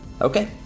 okay